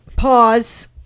Pause